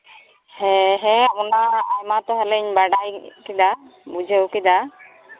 ᱦᱮᱸ ᱦᱮᱸ ᱚᱱᱟ ᱟᱭᱢᱟ ᱛᱟᱦᱚᱞᱮᱧ ᱵᱟᱰᱟᱭ ᱠᱮᱫᱟ ᱵᱩᱡᱷᱟᱹᱣ ᱠᱮᱫᱟ